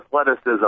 athleticism